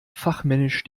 fachmännisch